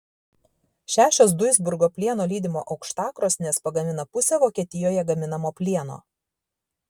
šešios duisburgo plieno lydimo aukštakrosnės pagamina pusę vokietijoje gaminamo plieno